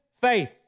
faith